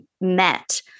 met